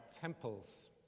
temples